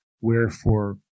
Wherefore